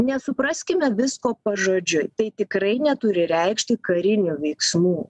nesupraskime visko pažodžiui tai tikrai neturi reikšti karinių veiksmų